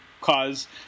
cause